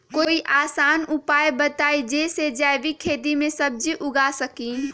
कोई आसान उपाय बताइ जे से जैविक खेती में सब्जी उगा सकीं?